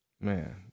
Man